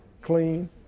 clean